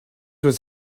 was